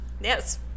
Yes